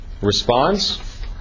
Response